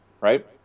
right